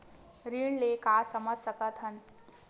ऋण ले का समझ सकत हन?